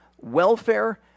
welfare